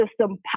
system